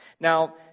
Now